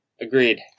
Agreed